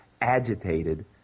agitated